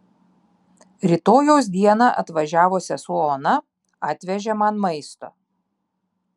rytojaus dieną atvažiavo sesuo ona atvežė man maisto